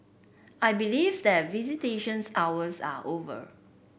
I believe that visitations hours are over